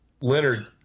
Leonard